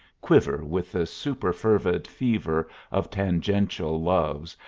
quiver with the superfervid fever of tangential loves,